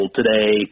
today